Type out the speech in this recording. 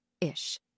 ish